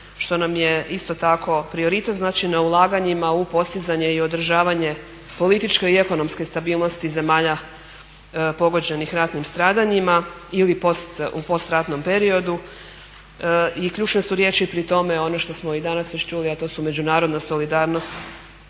što nam je isto tako prioritet, znači na ulaganjima u postizanje i održavanje političke i ekonomske stabilnosti zemalja pogođenih ratnim stradanjima ili u postratnom periodu. I ključne su riječi pri tome i ono što smo i danas već čuli a to su međunarodna solidarnost